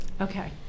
Okay